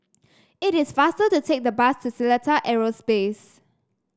it is faster to take the bus to Seletar Aerospace